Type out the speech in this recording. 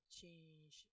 change